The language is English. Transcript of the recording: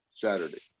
Saturday